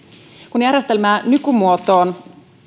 kun järjestelmää nykymuotoon